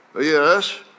Yes